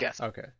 Okay